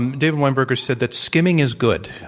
and david weinberger said that skimming is good,